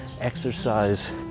exercise